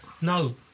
No